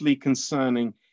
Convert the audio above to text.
concerning